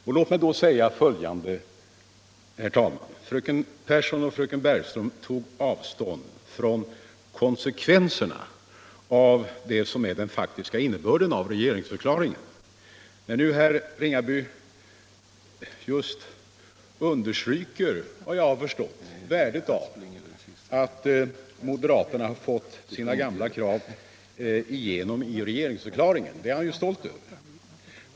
Onsdagen den Fröken Pehrsson och fröken Bergström tog avstånd från konsekven 10 november 1976 serna av det som är den faktiska innebörden i regeringsförklaringen. = Herr Ringaby understryker värdet av att moderaterna fått sina gamla — Vissa tandvårdsfråkrav igenom i regeringsförklaringen — det är han stolt över.